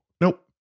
Nope